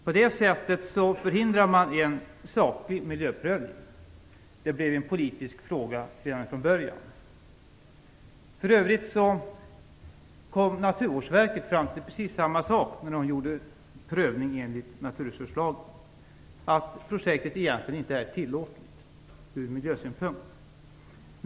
På det sättet förhindrar man en saklig miljöprövning. Det blev en politisk fråga redan från början. För övrigt kom Naturvårdsverket fram till precis samma sak när man gjorde prövning enligt naturresurslagen, dvs. att projektet egentligen inte är tillåtligt ur miljösynpunkt.